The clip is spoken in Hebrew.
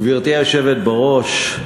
גברתי היושבת-ראש,